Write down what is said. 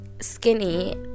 skinny